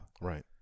right